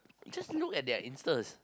just look at their Instas